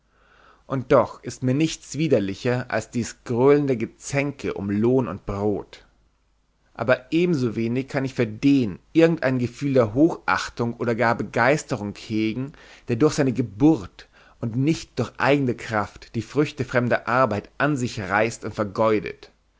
und doch ist mir nichts widerlicher als dies gröhlende gezänke um lohn und brot aber ebenso wenig kann ich für den irgend ein gefühl der hochachtung oder gar begeisterung hegen der durch seine geburt und nicht durch eigene kraft die früchte fremder arbeit an sich reißt und vergeudet